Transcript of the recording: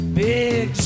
big